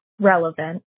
relevant